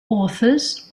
authors